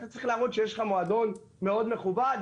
אתה צריך להראות שיש לך מועדון מאוד מכובד,